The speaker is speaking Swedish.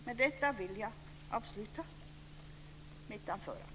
Med detta vill jag avsluta mitt anförande.